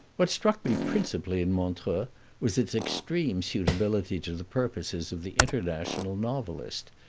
what struck me principally in montreux was its extreme suitability to the purposes of the international novelist.